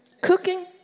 Cooking